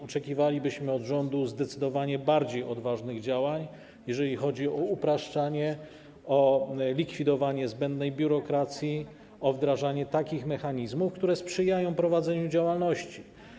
Oczekiwalibyśmy od rządu zdecydowanie bardziej odważnych działań, jeżeli chodzi o upraszczanie, o likwidowanie zbędnej biurokracji, o wdrażanie takich mechanizmów, które sprzyjają prowadzeniu działalności.